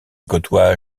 côtoie